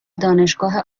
دانشگاه